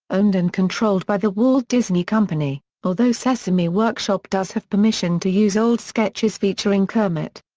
owned and controlled by the walt disney company, although sesame workshop does have permission to use old sketches featuring kermit.